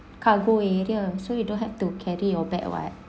cargo area so you don't have to carry your bag what